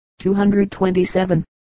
227